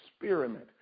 experiment